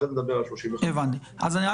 אחרי זה נדבר על 35%. אתה לא